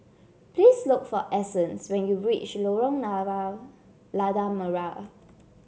please look for Essence when you reach Lorong Lada Merah